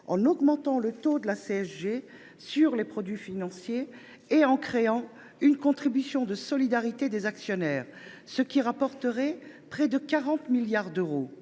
sociale généralisée (CSG) sur les produits financiers et en créant une contribution de solidarité des actionnaires, ce qui rapporterait près de 40 milliards d’euros.